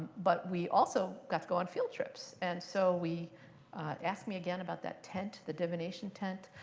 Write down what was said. but we also got to go on field trips. and so we ask me again about that tent, the divination tent.